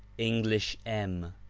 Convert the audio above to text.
english, and